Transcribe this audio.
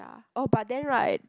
ya oh but then right